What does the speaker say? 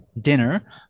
Dinner